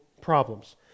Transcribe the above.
problems